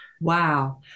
Wow